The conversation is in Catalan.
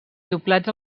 doblats